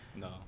No